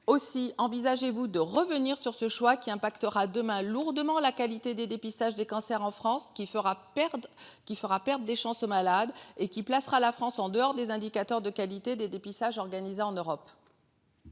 aussi. Envisagez-vous de revenir sur ce choix qui impactera demain lourdement la qualité des dépistages des cancers en France qui fera perdent qui fera perdre des chances au malade et qui placera la France, en dehors des indicateurs de qualité des dépistages organisés en Europe.